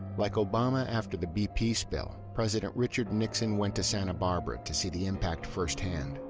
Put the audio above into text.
like obama after the bp spill, president richard nixon went to santa barbara to see the impact first hand.